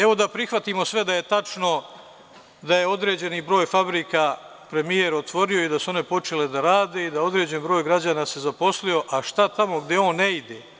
Evo, da prihvatimo sve da je tačno, da je određeni broj fabrika premijer otvorio i da su one počele da rade i da određeni broj građana se zaposlio, a šta tamo gde on ne ide?